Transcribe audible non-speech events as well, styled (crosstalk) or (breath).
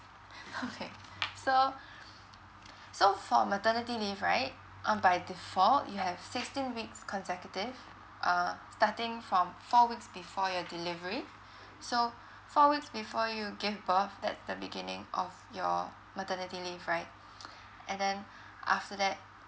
(laughs) okay so so for maternity leave right um by default you have sixteen weeks consecutive uh starting from four weeks before your delivery so four weeks before you give birth that's the beginning of your maternity leave right (breath) and then after that